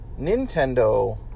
Nintendo